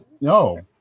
No